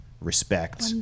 respect